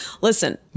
listen